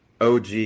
OG